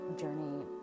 journey